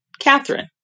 Catherine